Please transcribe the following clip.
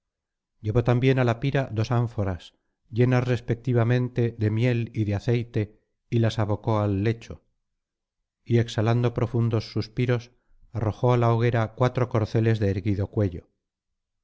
llevó también á la pira dos ánforas llenas respectivamente de miel y de aceite y las abocó al lecho y exhalando profundos suspiros arrojó á la hoguera cuatro corceles de erguido cuello